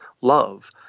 love